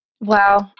Wow